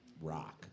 rock